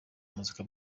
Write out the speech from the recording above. muzika